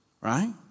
Right